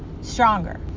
stronger